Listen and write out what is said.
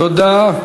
תודה.